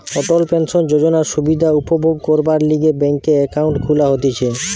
অটল pension যোজনার সুবিধা উপভোগ করবার লিগে ব্যাংকে একাউন্ট খুলা হতিছে